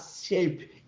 shape